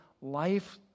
life